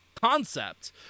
concept